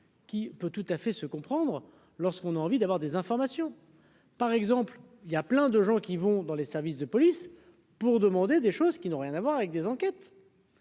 Qui peut tout à fait se comprendre lorsqu'on a envie d'avoir des informations par exemple, il y a plein de gens qui vont dans les services de police pour demander des choses qui n'ont rien à voir avec des enquêtes.